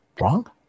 Wrong